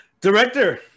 director